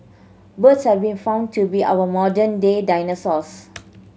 birds have been found to be our modern day dinosaurs